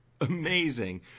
amazing